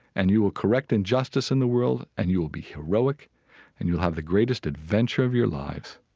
and you will correct injustice in the world and you'll be heroic and you'll have the greatest adventure of your lives.